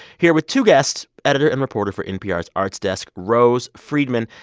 here with two guests editor and reporter for npr's arts desk, rose friedman,